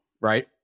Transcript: right